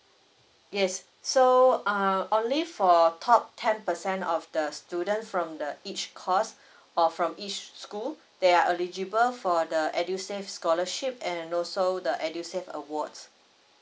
yes so uh only for top ten percent of the students from each course or from each school they're eligible for the EDUSAVE scholarship and also the EDUSAVE awards